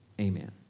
amen